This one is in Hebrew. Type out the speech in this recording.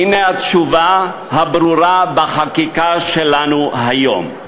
הנה התשובה הברורה, בחקיקה שלנו היום.